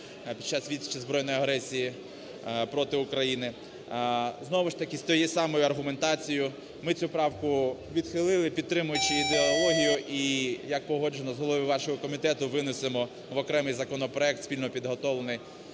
під час відсічі збройної агресії проти України. Знову ж таки з тою самою аргументацією ми цю правку відхилили, підтримуючи ідеологію, і, як погоджено з головою вашого комітету, винесемо в окремий законопроект, спільно підготовлений